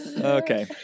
okay